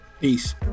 peace